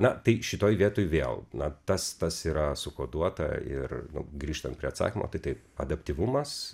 na tai šitoj vietoj vėl na tas tas yra su koduota ir grįžtant prie atsakymo tai taip adaptyvumas